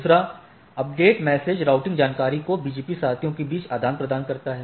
2 update message routing जानकारी को BGP साथियों के बीच आदान प्रदान करता है